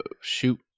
shoot